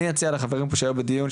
אני אציע לחברים פה שהיו בדיון,